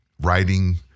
writing